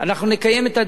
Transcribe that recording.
אנחנו נקיים את הדיון,